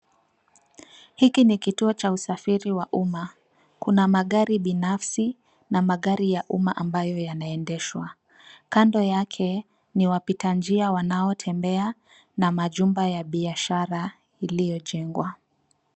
Hiki ni kituo cha usafiri wa umma. Kuna magari binafsi na magari ya umma ambayo yanaendeshwa. Kando yake ni wapita njia wanaotembea na majumba ya biashara iliyojengwaa.